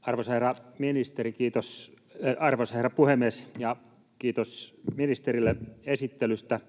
Arvoisa herra puhemies! Kiitos ministerille esittelystä